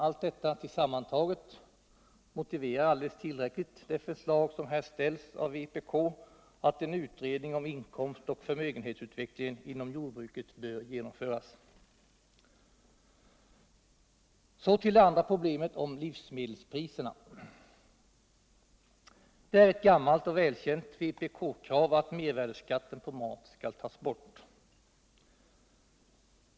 Allt detta tillsammantaget motiverar alldeles tillräckligt vpk:s förslag att en utredning om inkomst och förmögenhetsutvecklingen inom jordbruket bör genomföras. Så till det andra problemet som gäller livsmedelspriserna. Det är ett gammalt och välkänt vpk-krav att mervärdeskatten på mat skall tas bort.